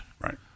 Right